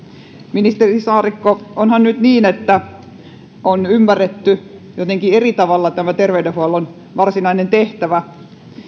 ministeri saarikko onhan nyt niin että on ymmärretty jotenkin eri tavalla tämä terveydenhuollon varsinainen tehtävä